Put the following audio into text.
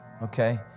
Okay